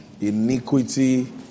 iniquity